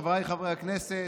חבריי חברי הכנסת,